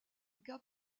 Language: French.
cas